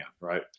Right